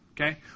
Okay